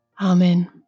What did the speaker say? Amen